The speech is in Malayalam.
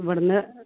ഇവിടന്ന്